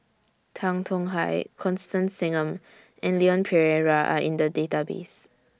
Tan Tong Hye Constance Singam and Leon Perera Are in The Database